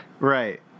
Right